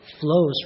flows